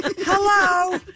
Hello